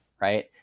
right